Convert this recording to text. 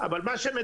דבר שני,